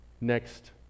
next